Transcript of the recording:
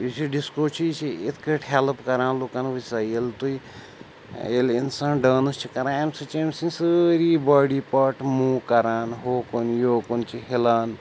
یُس یہِ ڈِسکو چھُ یہِ چھِ یِتھ کٔنۍ ہٮ۪لٕپ کَران لُکَن وٕچھ سا ییٚلہِ تُہۍ ییٚلہِ اِنسان ڈانٕس چھِ کَران اَمہِ سۭتۍ چھِ أمۍ سٕنٛدۍ سٲری باڈی پاٹہٕ موٗ کَران ہوکُن یوکُن چھِ ہِلان